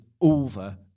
over